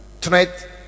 Tonight